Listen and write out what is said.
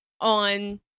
on